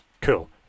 Cool